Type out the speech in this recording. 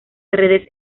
redes